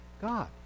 God